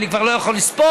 אני כבר לא יכול לספור,